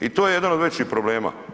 I to je jedan od većih problema.